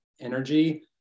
energy